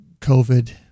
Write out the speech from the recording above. COVID